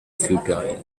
futile